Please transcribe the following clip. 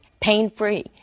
pain-free